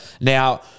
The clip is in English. Now –